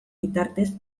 bitartez